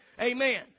Amen